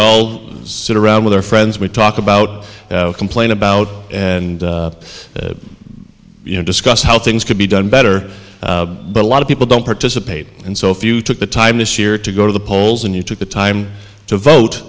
all sit around with our friends we talk about complain about and you know discuss how things could be done better but a lot of people don't participate and so if you took the time this year to go to the polls and you took the time to vote